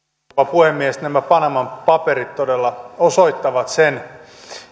puhemies nämä panaman paperit todella osoittavat sen